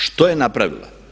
Što je napravila?